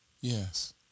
yes